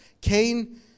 Cain